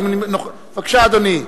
האם, בבקשה, אדוני.